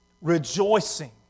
Rejoicing